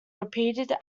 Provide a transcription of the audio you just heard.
replaced